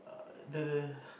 the